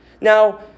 Now